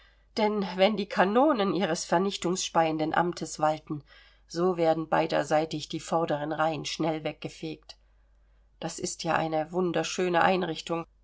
denn wenn die kanonen ihres vernichtungspeienden amtes walten so werden beiderseitig die vorderen reihen schnell weggefegt das ist ja eine wunderschöne einrichtung